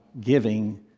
giving